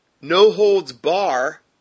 no-holds-bar